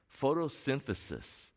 Photosynthesis